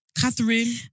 Catherine